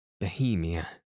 Bohemia